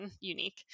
unique